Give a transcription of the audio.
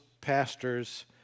pastors